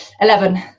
Eleven